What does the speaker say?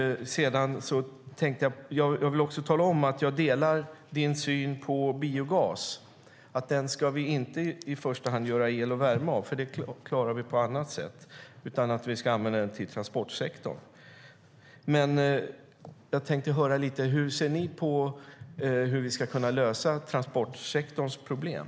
Jag vill också tala om att jag delar din syn på biogasen - att vi i första hand inte ska göra el och värme av den. Det klarar vi på annat sätt. I stället ska biogasen användas inom transportsektorn. Hur ser ni på hur vi ska kunna lösa transportsektorns problem?